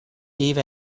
eve